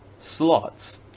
slots